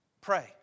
Pray